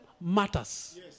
matters